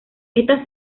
esta